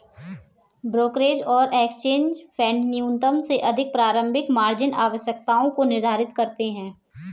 brokerage और exchange फेडन्यूनतम से अधिक प्रारंभिक मार्जिन आवश्यकताओं को निर्धारित करते हैं